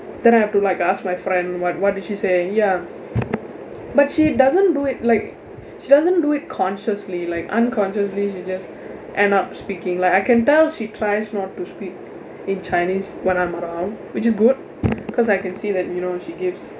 then I have to like ask my friend what what did she say ya but she doesn't do it like she doesn't do it consciously like unconsciously she just end up speaking like I can tell she tries not to speak in chinese when I'm around which is good because I can see that you know she gives